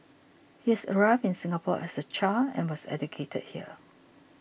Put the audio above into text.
he had arrived in Singapore as a child and was educated here